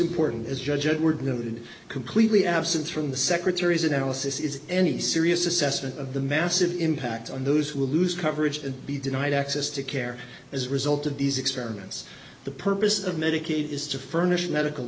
important as judge edward noted completely absent from the secretary's analysis is any serious assessment of the massive impact on those who will lose coverage and be denied access to care as a result of these experiments the purpose of medicaid is to furnish medical